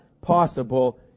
possible